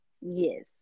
Yes